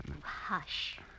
Hush